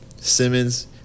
Simmons